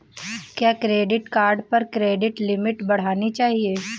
क्या credit card पर credit limit बढ़ानी चाहिए?